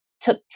took